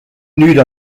nüüd